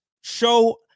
show